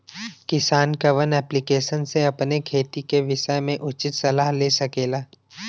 किसान कवन ऐप्लिकेशन से अपने खेती के विषय मे उचित सलाह ले सकेला?